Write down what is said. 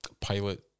pilot